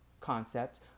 concept